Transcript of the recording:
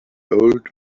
old